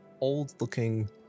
old-looking